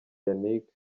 yannick